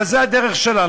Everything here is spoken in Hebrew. אבל זו הדרך שלנו,